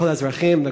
לכל האזרחים,